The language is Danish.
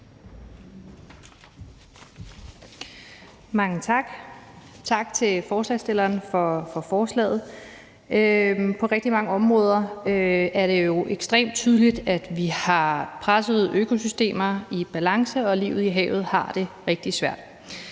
Mange tak. Tak til forslagsstillerne for forslaget. På rigtig mange områder er det jo ekstremt tydeligt, at vi har presset økosystemers balance, og at livet i havet har det rigtig svært.